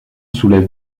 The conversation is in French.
soulève